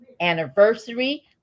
anniversary